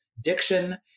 diction